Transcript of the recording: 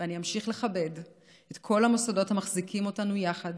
ואני אמשיך לכבד את כל המוסדות המחזיקים אותנו יחד